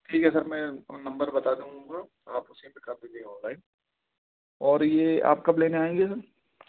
ٹھیک ہے سر میں فون نمبر بتا دوں گا آپ اسی پہ کر دیجیے گا آن لائن اور یہ آپ کب لینے آئیں گے سر